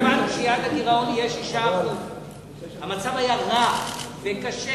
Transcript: אנחנו קבענו שיעד הגירעון יהיה 6%. המצב היה רע וקשה